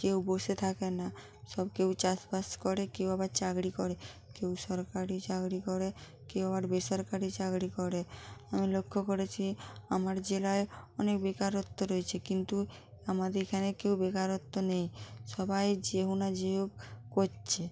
কেউ বসে থাকে না সব কেউ চাষবাস করে কেউ আবার চাকরি করে কেউ সরকারি চাকরি করে কেউ আবার বেসরকারি চাকরি করে আমি লক্ষ করেছি আমার জেলায় অনেক বেকারত্ব রয়েছে কিন্তু আমাদের এখানে কেউ বেকারত্ব নেই সবাই যে হোক না যে হোক করছে